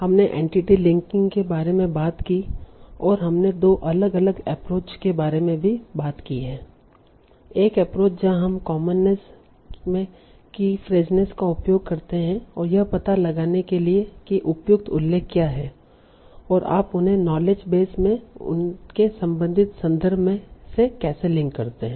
हमने entity linking के बारे में बात की है और हमने दो अलग अलग एप्रोच के बारे में भी बात की है एक एप्रोच जहां हम कॉमननेस में कीफ्रेजनेस का उपयोग करते हैं और यह पता लगाने के लिए कि उपयुक्त उल्लेख क्या हैं और आप उन्हें नॉलेज बेस में उनके संबंधित संदर्भ से कैसे लिंक करते हैं